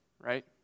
right